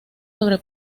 sobre